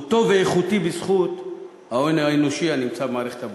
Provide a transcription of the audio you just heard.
הוא טוב ואיכותי בזכות ההון האנושי הנמצא במערכת הבריאות.